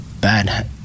bad